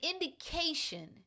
indication